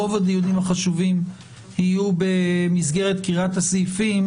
רוב הדיונים החשובים יהיו במסגרת קריאת הסעיפים